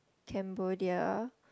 Cambodia